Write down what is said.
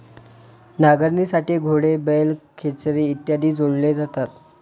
नांगरणीसाठी घोडे, बैल, खेचरे इत्यादी जोडले जातात